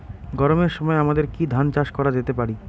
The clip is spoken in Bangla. গরমের সময় আমাদের কি ধান চাষ করা যেতে পারি?